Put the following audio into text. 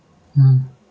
mm